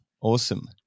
awesome